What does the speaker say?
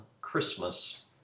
Christmas